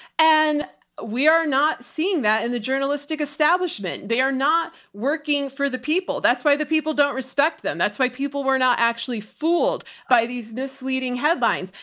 and we are not seeing that in the journalistic establishment. they are not working for the people. that's why the people don't respect them. that's why people were not actually fooled by these misleading headlines.